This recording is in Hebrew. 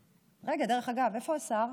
רגע, דרך אגב, איפה השר?